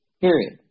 Period